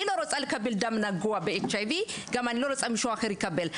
אני לא רוצה לקבל דם נגוע באיידס וגם לא רוצה שמישהו אחר יקבל,